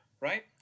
right